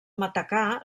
matacà